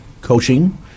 coaching